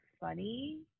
funny